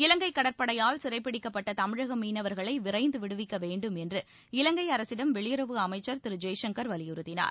இலங்கை கடற்படையால் சிறைபிடிக்கப்பட்ட தமிழக மீனவர்களை விரைந்து விடுவிக்க வேண்டும் என்று இலங்கை அரசிடம் வெளியுறவு அமைச்சர் திரு ஜெய்சங்கர் வலியுறுத்தியுள்ளார்